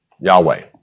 Yahweh